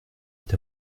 est